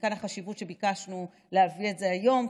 ומכאן חשיבות הבקשה שלנו להביא את זה היום,